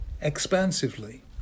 expansively